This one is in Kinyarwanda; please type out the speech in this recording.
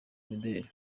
imideli